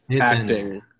acting